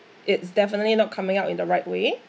it's definitely not coming out in the right way